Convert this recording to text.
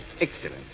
excellent